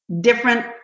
different